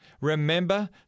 remember